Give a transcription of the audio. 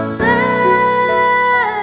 say